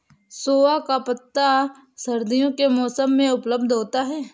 सोआ का पत्ता सर्दियों के मौसम में उपलब्ध होता है